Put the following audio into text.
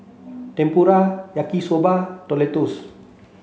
Tempura Yaki soba Tortillas